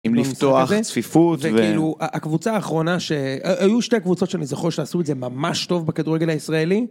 אם לפתוח צפיפות והקבוצה האחרונה שהיו שתי קבוצות שאני זוכר שעשו את זה ממש טוב בכדורגל הישראלי.